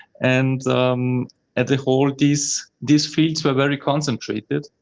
and at the hole, these these fields were very concentrated.